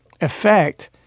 effect